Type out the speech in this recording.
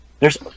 There's-